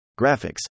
graphics